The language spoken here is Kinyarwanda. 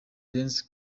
dance